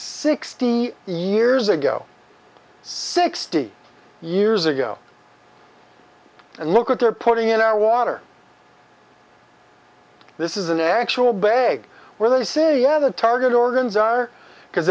sixty years ago sixty years ago and look at they're putting in our water this is an actual bag where they see you have a target organs are because